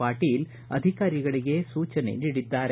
ಪಾಟೀಲ ಅಧಿಕಾರಿಗಳಿಗೆ ಸೂಚನೆ ನೀಡಿದರು